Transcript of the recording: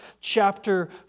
chapter